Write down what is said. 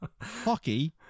Hockey